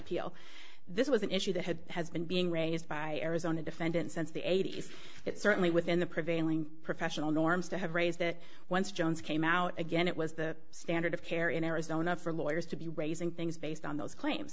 appeal this was an issue that had has been being raised by arizona defendant since the eighty's it certainly within the prevailing professional norms to have raised that once jones came out again it was the standard of care in arizona for lawyers to be raising things based on those cla